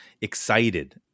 excited